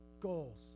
goals